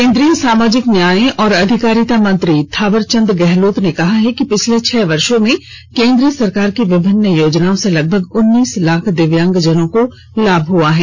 केन्द्रीय सामाजिक न्याय और अधिकारिता मंत्री थांवरचंद गहलोत ने कहा है कि पिछले छह वर्षो में केन्द्र सरकार की विभिन्न योजनाओं से लगभग उन्नीस लाख दिव्यांगजनों को लाभ हुआ है